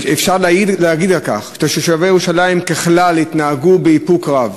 אפשר להעיד על כך שתושבי ירושלים ככלל התנהגו באיפוק רב.